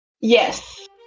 Yes